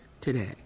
today